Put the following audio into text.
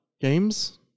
games